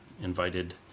invited